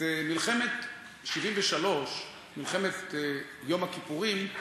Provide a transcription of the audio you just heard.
את מלחמת 1973, מלחמת יום הכיפורים,